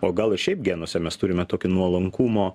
o gal ir šiaip genuose mes turime tokį nuolankumo